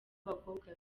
abakobwa